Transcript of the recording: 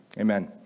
Amen